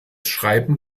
schreiben